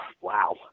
wow